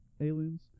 aliens